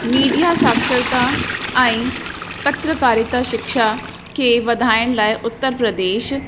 media साक्षरता ऐं पत्रकारीता शिक्षा खे वधाइण लाइ उत्तर प्रदेश